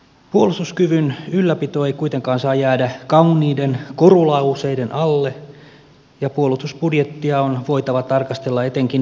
puolustuskyvyn ylläpito ei kuitenkaan saa jäädä kauniiden korulauseiden alle ja puolustusbudjettia on voitava tarkastella etenkin tarpeet huomioon ottaen